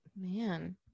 Man